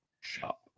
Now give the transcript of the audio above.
shop